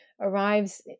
arrives